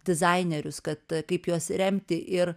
dizainerius kad kaip juos remti ir